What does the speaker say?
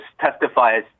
testifies